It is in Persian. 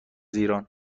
ایران